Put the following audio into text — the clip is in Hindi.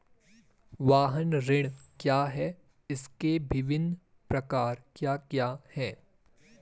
वाहन ऋण क्या है इसके विभिन्न प्रकार क्या क्या हैं?